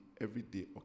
everyday